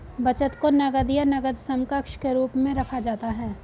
बचत को नकद या नकद समकक्ष के रूप में रखा जाता है